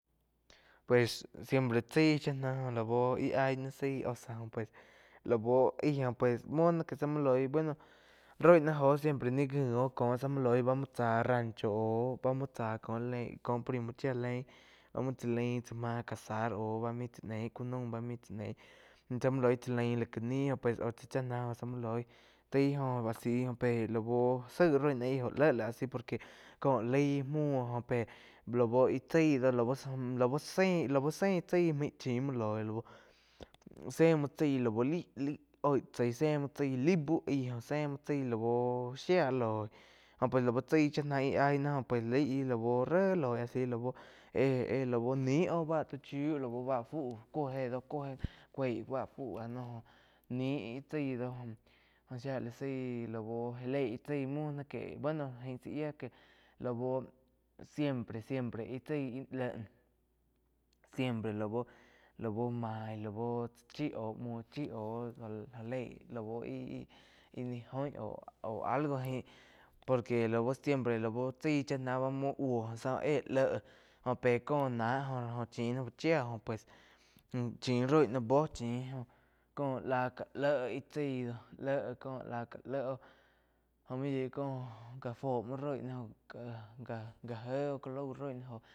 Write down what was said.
Pues siempre chái shiu náh laú íh ái náh zaí osa óh pues laú aig múo náh que zá muo loig roi náh jóh siempre ní ngi óh cóh siempre mui loi muo tsá rancho aú báh muo tsá có lein cóh primo chía lein bá móu tsálain tsá máh cazar aú bá main tsá neíh ku naum bá main chá neig zá muo loig tzá lain lá ká nih pues lau chá náh zá múo loi taí jo a si pe lau zaíg roi náh aig jo léh lai asi por que ko leig muo oh pe lau íh chái do lau zein, lau zein tsái maig chim muo loig ze muo tsái lau lai-lai oig tsaí ze muo tsa pi laig bu aig ze muo tsaí lau shía loig jo lau chá cha na mou aíh na jo laí lau ré loi a si lau eh-eh lau nih oh báh ti chiu lau bá fu kóu je do cuo keig fá fu noh nih íh chái do jo shía la zaíh lau já leig íh chái muo náh que bueno eing sáh yia que lau siempre-siempre íh chaí leh siempre lau mai lau tsa chi au múo chi au jaléi ih-ih ni goí au oh algo jain por que lau siempre lau chái chá nah muo búo záh éh léh jo pe có náh joh chin náh fu chía oh pues chin roi náh buo chin có láh ká le íh chái doh léh có la ká lé oh jo muo yoig có ká fuo muo roig náh ka-ka jé oh cá lau roig náh joh.